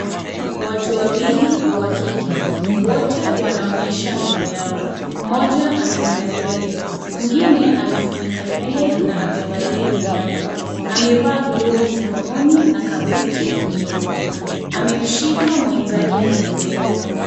Watu wawili wa kike wote wanaonyesha meno yao mmoja amenyoa nywele mwingine amefunika nywele na amevalia miwani amevaa glovu mikononi na kabuti nyeupe amemshika mwenzake kwenye bega.